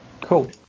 Cool